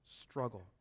struggle